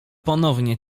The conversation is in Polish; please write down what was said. ponownie